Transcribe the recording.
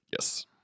yes